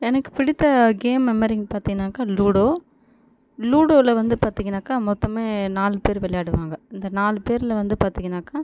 எனக்கு பிடித்த கேம் மெமரின் பார்த்தீங்கனாக்கா லூடோ லூடோவில் வந்து பார்த்தீங்கனாக்கா மொத்தமே நாலு பேர் விளையாடுவாங்க இந்த நாலு பேரில் வந்து பார்த்தீங்கனாக்கா